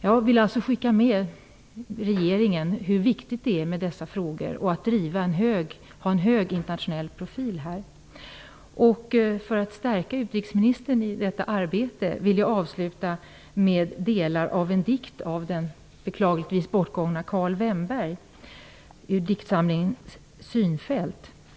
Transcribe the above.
Jag vill skicka med till regeringen hur viktigt det är med dessa frågor och att i det här sammanhanget driva en hög internationell profil. För att stärka utrikesministern i detta arbete vill jag avsluta med att läsa upp delar av dikten Världsundergång av den beklagligtvis bortgångne Karl Vennberg ur diktsamlingen Synfält.